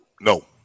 no